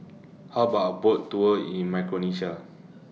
How about A Boat Tour in Micronesia